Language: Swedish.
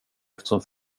eftersom